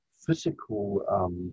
physical